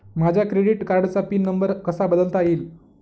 माझ्या क्रेडिट कार्डचा pin number कसा बदलता येईल?